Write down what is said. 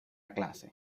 clase